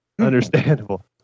Understandable